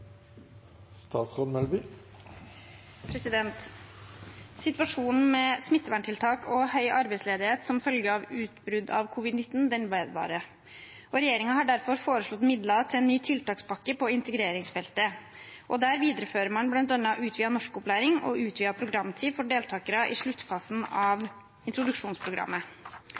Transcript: Situasjonen med smitteverntiltak og høy arbeidsledighet som følge av utbrudd av covid-19 vedvarer. Regjeringen har derfor foreslått midler til en ny tiltakspakke på integreringsfeltet, og der videreføres bl.a. utvidet norskopplæring og utvidet programtid for deltakere i sluttfasen av introduksjonsprogrammet.